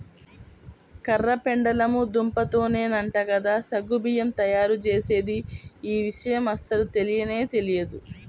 కర్ర పెండలము దుంపతోనేనంట కదా సగ్గు బియ్యం తయ్యారుజేసేది, యీ విషయం అస్సలు తెలియనే తెలియదు